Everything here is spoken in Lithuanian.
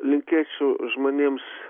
linkėčiau žmonėms